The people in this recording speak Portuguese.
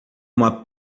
uma